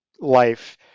life